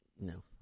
no